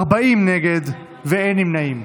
40 נגד ואין נמנעים.